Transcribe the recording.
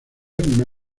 una